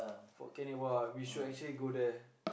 Fort-Canning !wah! we should actually go there